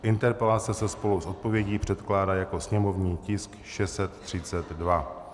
Interpelace se spolu s odpovědí předkládá jako sněmovní tisk 632.